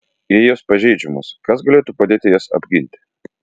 jei jos pažeidžiamos kas galėtų padėti jas apginti